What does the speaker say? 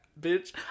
bitch